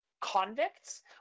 convicts